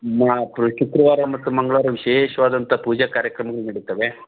ಹಾಂ ಶುಕ್ರವಾರ ಮತ್ತು ಮಂಗಳವಾರ ವಿಶೇಷವಾದಂಥ ಪೂಜೆ ಕಾರ್ಯಕ್ರಮಗಳು ನಡಿತವೆ